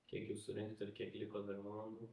kiek jau surinkta ir kiek liko dar valandų